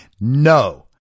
No